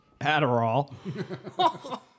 Adderall